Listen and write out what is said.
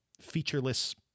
featureless